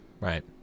Right